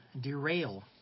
derail